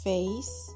Face